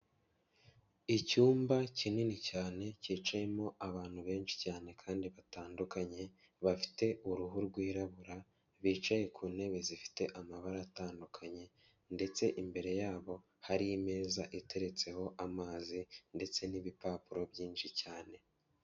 Icyumba kinini, cyane cyicayemo abantu benshi cyane kandi batandukanye, bafite uruhu rwirabura, bicaye ku ntebe zifite amabara atandukanye, ndetse imbere yabo hari imeza, iteretseho amazi, ndetse n'ibipapuro byinshi cyane.